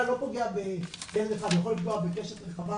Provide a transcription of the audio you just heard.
בדרך כלל הרי פוגע לא פוגע רק בילד אחד-הוא יכול לפגוע בקשת רחבה